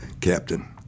captain